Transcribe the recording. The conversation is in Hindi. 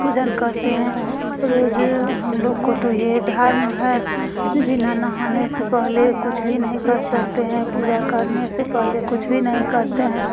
पूजन करते हैं रोज़ हम लोग को तो ये धर्म है बिना नहाने से पहले कुछ भी नहीं कर सकते हैं पूजा करने से पहले कुछ भी नहीं करते हैं